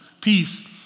peace